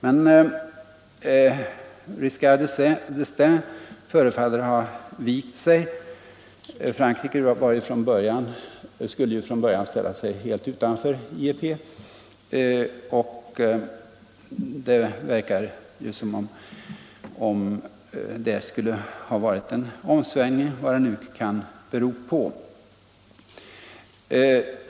Men Giscard d ”Estaing förefaller ha ändrat sig. Frankrike skulle ju från början ställa sig helt utanför IEP, men det verkar som om det har skett en omsvängning, vad den nu kan bero på.